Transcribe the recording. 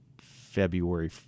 February